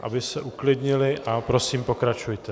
aby se uklidnili, a prosím, pokračujte.